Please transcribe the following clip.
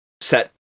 Set